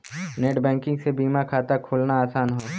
net banking से बीमा खाता खोलना आसान हौ